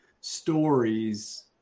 stories